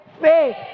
faith